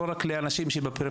לא רק למען אנשים בפריפריה,